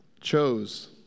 chose